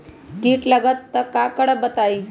कीट लगत त क करब बताई?